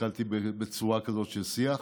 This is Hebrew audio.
בצורה כזאת של שיח